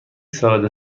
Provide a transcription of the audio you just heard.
سالاد